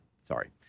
sorry